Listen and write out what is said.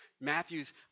Matthew's